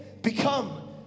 become